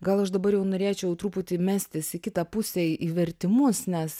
gal aš dabar jau norėčiau truputį mestis į kitą pusę į į vertimus nes